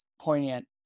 poignant